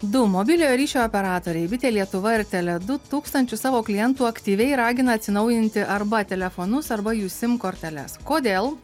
du mobiliojo ryšio operatoriai bitė lietuva ir tele du tūkstančius savo klientų aktyviai ragina atsinaujinti arba telefonus arba jų sim korteles kodėl